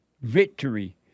victory